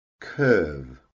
curve